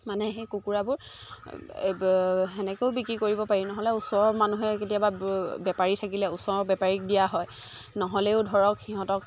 মানে সেই কুকুৰাবোৰ তেনেকৈও বিক্ৰী কৰিব পাৰি নহ'লে ওচৰৰ মানুহে কেতিয়াবা ব বেপাৰী থাকিলে ওচৰৰ বেপাৰীক দিয়া হয় নহ'লেও ধৰক সিহঁতক